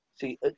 See